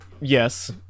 Yes